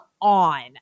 on